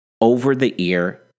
over-the-ear